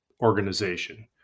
organization